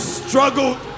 struggled